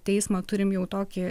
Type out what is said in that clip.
teismą turim jau tokį